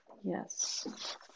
yes